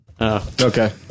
Okay